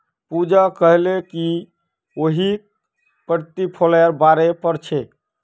पूजा कोहछे कि वहियं प्रतिफलेर बारे पढ़ छे